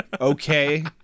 okay